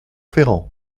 ferrand